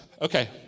Okay